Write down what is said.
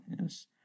yes